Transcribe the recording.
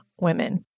women